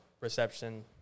reception